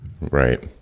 Right